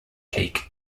cake